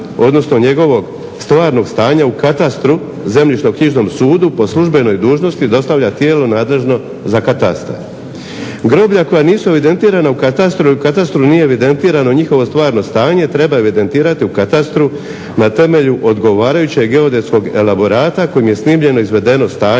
odnosno njegovog stvarnog stanja u katastru, u zemljišno-knjižnom sudu po službenoj dužnosti dostavlja tijelo nadležno za katastar. Groblja koja nisu evidentirana u katastru ili u katastru nije evidentirano njihovo stvarno stanje treba evidentirati u katastru na temelju odgovarajućeg geodetskog elaborata kojime je snimljeno izvedeno stanje,